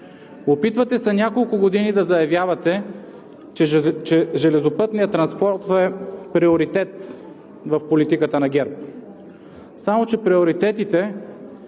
Опитвате се няколко години да заявявате, че железопътният транспорт е приоритет в политиката на ГЕРБ, само че приоритетите